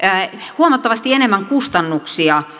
huomattavasti enemmän kustannuksia